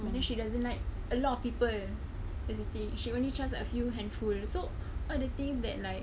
but then she doesn't like a lot of people that's a thing she only trust a few handful so all the things that like